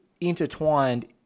intertwined